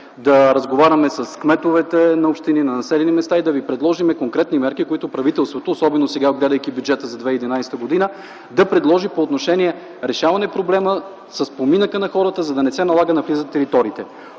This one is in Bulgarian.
да разговаряме с кметовете на общини, на населени места и да Ви предложим конкретни мерки, които правителството, особено сега, разглеждайки бюджета за 2011 г. да предложи по отношение решаване на проблема с поминъка на хората, за да не се налага да навлизат в териториите